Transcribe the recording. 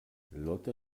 lotte